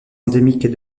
endémique